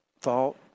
Thought